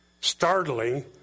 startling